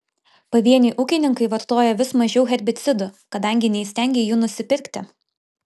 pavieniai ūkininkai vartoja vis mažiau herbicidų kadangi neįstengia jų nusipirkti